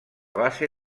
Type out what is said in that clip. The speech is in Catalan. base